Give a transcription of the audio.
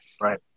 Right